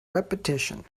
repetition